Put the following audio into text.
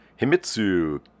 Himitsu